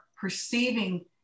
perceiving